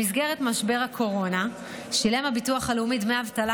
במשבר הקורונה שילם הביטוח הלאומי דמי אבטלה